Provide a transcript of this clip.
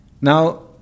now